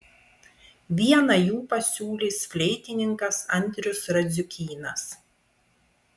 vieną jų pasiūlys fleitininkas andrius radziukynas